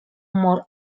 more